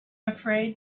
afraid